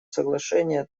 соглашения